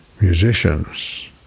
musicians